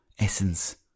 essence